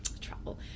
travel